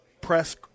press